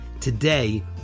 today